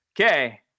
okay